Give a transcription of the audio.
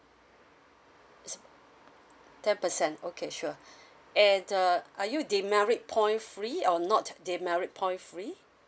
it's ten percent okay sure and uh are you demerit point free or not demerit point free